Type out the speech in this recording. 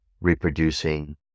reproducing